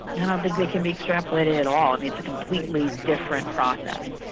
and but they can be extrapolated at all. i mean, it's a completely different process.